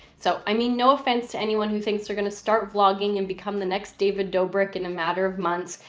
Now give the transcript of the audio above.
so, i mean, no offense to anyone who thinks they're going to start blogging and become the next david doebrick in a matter of months.